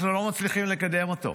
אנחנו לא מצליחים לקדם אותו.